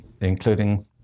including